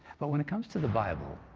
but when it comes to the bible,